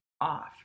off